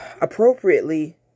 appropriately